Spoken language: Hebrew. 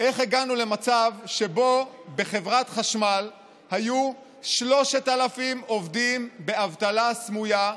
איך הגענו למצב שבו בחברת חשמל היו 3,000 עובדים באבטלה סמויה,